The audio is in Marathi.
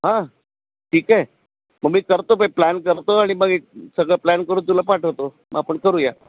हां ठीक आहे मग मी करतो बाई प्लॅन करतो आणि ए मग सगळं प्लॅन करून तुला पाठवतो मग आपण करूया